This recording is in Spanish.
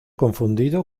confundido